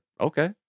okay